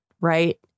Right